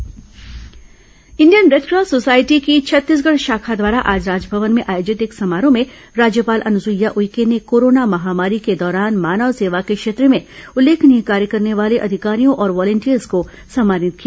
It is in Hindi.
Red Cross society Indian Red Cross society की छत्तीसगढ़ शाखा द्वारा आज राजभवन में आयोजित एक समारोह में राज्यपाल अनुसूईया उइके ने कोरोना महामारी के दौरान मानव सेवा के क्षेत्र में उल्लेखनीय कार्य करने वाले अधिकारियों और वॉलिंटियर्स को सम्मानित किया